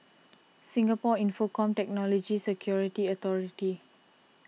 Singapore Infocomm Technology Security Authority